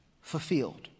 fulfilled